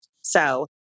So-